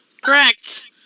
Correct